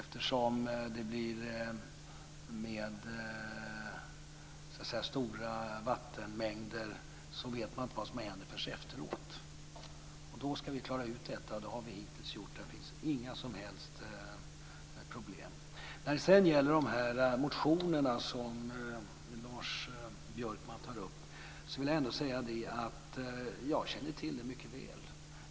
När det är stora vattenmängder vet man nämligen inte vet vad som händer förrän efteråt. Då ska vi klara ut detta, och det har vi hittills gjort. Det finns inga som helst problem. Sedan gäller det de motioner som Lars Björkman tog upp. Jag känner till det här mycket väl.